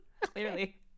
Clearly